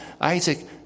Isaac